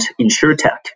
insuretech